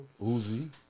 Uzi